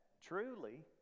truly